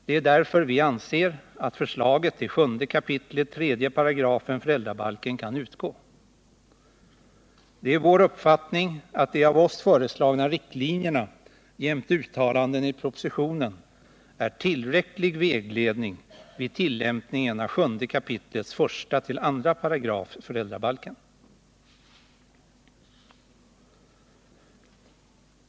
Det är därför vi anser att förslaget till 7 kap. 3§ föräldrabalken kan utgå. Det är vår uppfattning att de av oss föreslagna riktlinjerna jämte uttalanden i propositionen är tillräcklig vägledning vid tillämpningen av 7 kap. 1-2 §§ föräldrabalken.